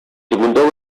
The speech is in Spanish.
segundo